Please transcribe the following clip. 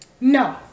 No